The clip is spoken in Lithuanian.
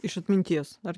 iš atminties ar